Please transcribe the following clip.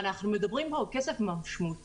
אנחנו מדברים פה על כסף משמעותי.